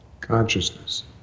Consciousness